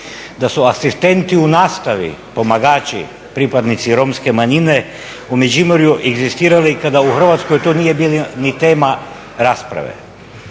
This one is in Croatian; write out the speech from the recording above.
Da su asistenti u nastavi, pomagači pripadnici Romske manjine u Međimurje egzistirali kada u Hrvatskoj to nije bila ni tema rasprave.